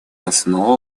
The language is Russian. основу